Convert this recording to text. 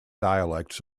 dialects